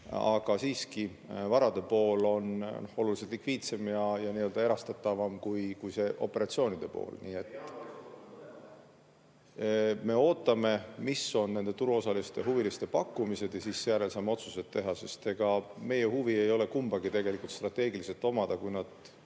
aga siiski varade pool on oluliselt likviidsem ja erastatavam kui see operatsioonide pool. (Hääl saalist.) Me ootame, mis on nende turuosaliste, huviliste pakkumised, ja siis seejärel saame otsused teha, sest ega meie huvi ei ole kumbagi strateegiliselt omada, kui nad